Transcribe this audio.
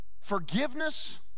forgiveness